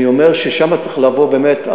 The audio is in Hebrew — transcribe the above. אני אומר ששם צריך לבוא באמת,